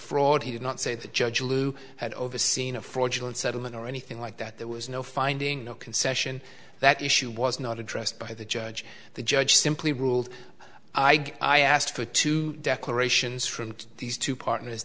fraud he did not say the judge lou had overseen a fraudulent settlement or anything like that there was no finding no concession that issue was not addressed by the judge the judge simply ruled i guess i asked for two declarations from these two partners